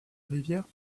rivière